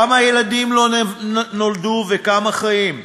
כמה ילדים לא נולדו וכמה חיים.